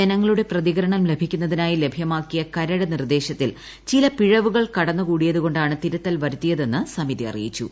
ജനങ്ങളുടെ പ്രതികരണം ലഭിക്കുന്നതിനായി ലഭ്യമാക്കിയ കരട് നിർദ്ദേശത്തിൽ ചില പിഴവുകൾ കടന്നുകൂടിയതുകൊണ്ടാണ് തിരുത്തൽ വരുത്തിയതെന്ന് സമിതി അറിയിച്ചു